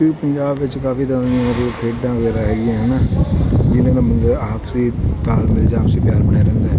ਕਿ ਪੰਜਾਬ ਵਿੱਚ ਕਾਫੀ ਤਰ੍ਹਾਂ ਦੀਆਂ ਖੇਡਾਂ ਵਗੈਰਾ ਹੈਗੀਆਂ ਹੈ ਨਾ ਜਿਨ੍ਹਾਂ ਨਾਲ ਮਤਲਬ ਆਪਸੀ ਤਾਲਮੇਲ ਜਾਂ ਆਪਸੀ ਪਿਆਰ ਬਣਿਆ ਰਹਿੰਦਾ